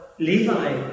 Levi